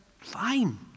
fine